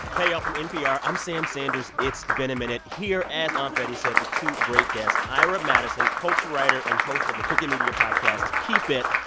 hey, y'all. from npr, i'm sam sanders it's been a minute here, as aunt betty said, with two great guests ira madison, culture writer and host of the crooked media podcast keep it.